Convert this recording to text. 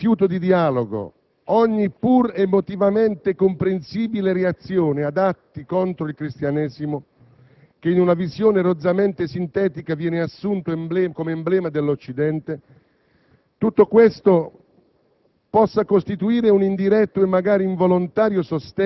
nella convinzione che ogni contrapposizione con l'Islam, ogni rifiuto di dialogo, ogni pur emotivamente comprensibile reazione ad atti contro il cristianesimo - che in una visione rozzamente sintetica viene assunto come emblema dell'Occidente